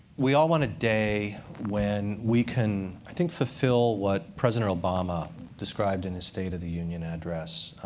we all want a day when we can, i think, fulfill what president obama described in his state of the union address,